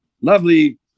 lovely